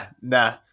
nah